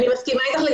אני לגמרי מסכימה אתך.